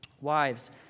wives